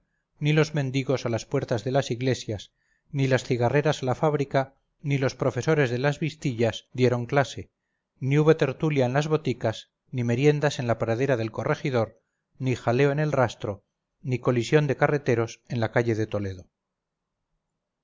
ni los mendigos a las puertas de las iglesias ni las cigarreras a la fábrica ni los profesores de las vistillas dieron clase ni hubo tertulia en las boticas ni meriendas en la pradera del corregidor ni jaleo en el rastro ni colisión de carreteros en la calle de toledo